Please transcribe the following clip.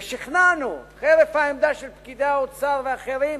ושכנענו, חרף העמדה של פקידי האוצר ואחרים,